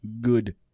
good